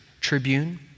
tribune